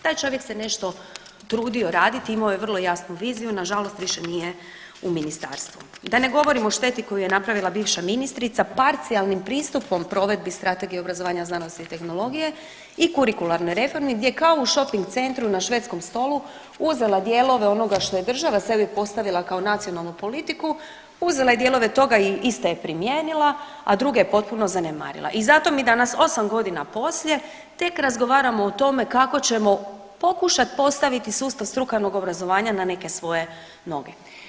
Taj čovjek se nešto trudio raditi, imao je vrlo jasnu viziju, nažalost više nije u ministarstvu, da ne govorim o šteti koju je napravila bivša ministrica parcijalnim pristupom provedbi Strategije obrazovanja znanosti i tehnologije i kurikularnoj reformi gdje kao u šoping centru na švedskom stolu uzela dijelove onoga što je država sebi postavila kao nacionalnu politiku, uzela je dijelove toga i iste je primjenila, a druge je potpuno zanemarila i zato mi danas 8.g. poslije tek razgovaramo o tome kako ćemo pokušat postaviti sustav strukovnog obrazovanja na neke svoje noge.